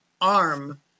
arm